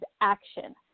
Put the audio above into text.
action